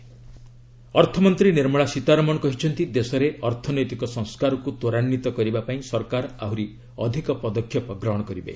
FM reforms ଅର୍ଥମନ୍ତ୍ରୀ ନିର୍ମଳା ସୀତାରମଣ କହିଛନ୍ତି ଦେଶରେ ଅର୍ଥନୈତିକ ସଂସ୍କାରକୁ ତ୍ୱରାନ୍ଧିତ କରିବା ପାଇଁ ସରକାର ଆହୁରି ଅଧିକ ପଦକ୍ଷେପ ଗ୍ରହଣ କରିବେ